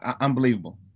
unbelievable